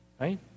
Right